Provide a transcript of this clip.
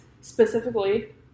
specifically